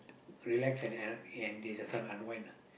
relax and un~ and this this one unwind lah